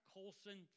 Colson